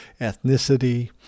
ethnicity